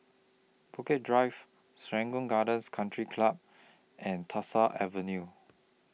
Bukit Drive Serangoon Gardens Country Club and Tyersall Avenue